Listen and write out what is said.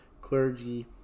clergy